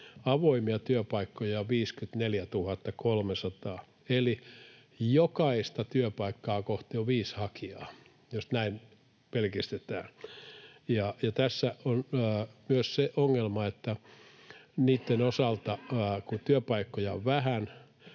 Avoimia työpaikkoja 54 300, eli jokaista työpaikkaa kohti on viisi hakijaa, jos näin pelkistetään. Tässä on myös se ongelma, että kun työpaikkoja on vähän,